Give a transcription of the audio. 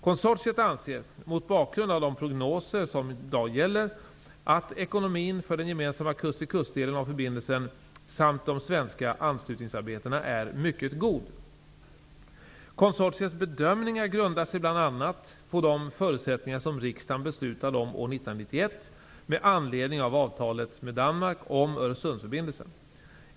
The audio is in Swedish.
Konsortiet anser, mot bakgrund av de prognoser som i dag gäller, att ekonomin för den gemensamma kust-tillkust-delen av förbindelsen samt de svenska anslutningarna är mycket god. Konsortiets bedömningar grundar sig bl.a. på de förutsättningar som riksdagen beslutade om år 1991 Öresundsförbindelsen.